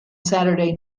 saturday